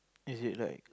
is it like